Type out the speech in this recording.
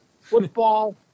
Football